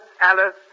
Alice